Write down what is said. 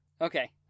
Okay